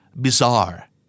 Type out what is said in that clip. bizarre